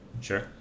sure